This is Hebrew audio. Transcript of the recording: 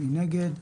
מי נגד.